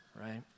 right